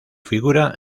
figura